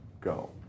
go